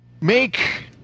Make